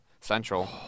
central